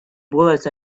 bullets